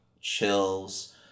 chills